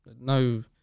No